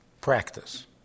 practice